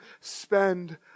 spend